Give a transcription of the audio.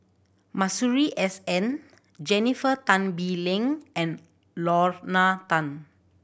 Masuri S N Jennifer Tan Bee Leng and Lorna Tan